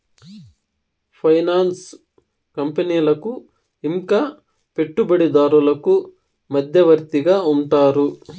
finance కంపెనీలకు ఇంకా పెట్టుబడిదారులకు మధ్యవర్తిగా ఉంటారు